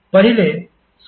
पहिले sin A plus B आहे